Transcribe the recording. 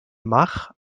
mach